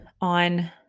on